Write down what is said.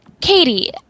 Katie